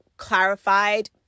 clarified